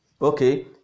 Okay